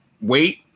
wait